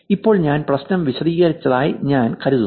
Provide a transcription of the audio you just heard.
അപ്പോൾ ഞാൻ പ്രശ്നം വിശദീകരിച്ചതായി ഞാൻ കരുതുന്നു